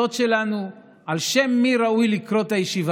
הצעת החוק עברה ברוב של 61 בעד,